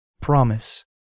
promise